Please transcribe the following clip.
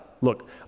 look